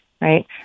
Right